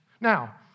Now